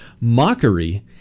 mockery